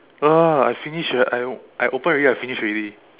no lah I finish I I o~ I open already I finish already